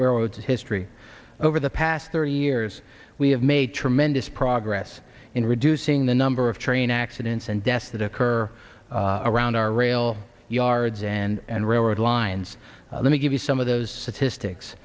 growth history over the past thirty years we have made tremendous progress in reducing the number of train accidents and deaths that occur around our rail yards and railroad lines let me give you some of those statistics